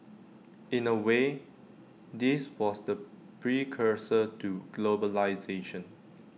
in A way this was the precursor to globalisation